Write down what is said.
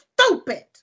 stupid